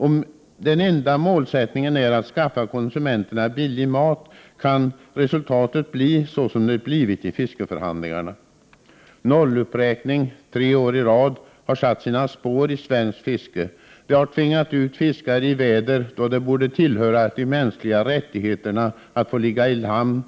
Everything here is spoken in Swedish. Om den enda målsättningen är att skaffa konsumenterna billig mat, kan resultatet bli så som det blivit i fiskeförhandlingarna. Nolluppräkning tre år i rad har satt sina spår i svenskt fiske. Det har tvingat ut fiskare i väder då det borde tillhöra de mänskliga rättigheterna att få ligga i hamn,